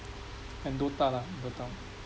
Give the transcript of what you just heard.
and Dota lah Dota